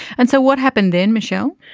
and so what happened then michelle?